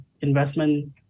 investment